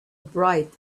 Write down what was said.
bright